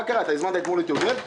מה קרה, הזמנת אתמול את יוגב?